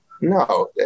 No